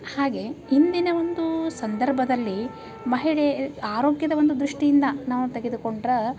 ಹಾಗೆ ಇಂದಿನ ಒಂದು ಸಂದರ್ಭದಲ್ಲಿ ಮಹಿಳೆ ಆರೋಗ್ಯದ ಒಂದು ದೃಷ್ಟಿಯಿಂದ ನಾವು ತೆಗೆದುಕೊಂಡ್ರೆ